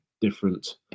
different